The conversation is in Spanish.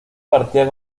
partía